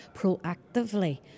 proactively